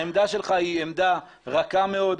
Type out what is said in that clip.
העמדה שלך היא עמדה רכה מאוד,